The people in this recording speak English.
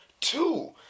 Two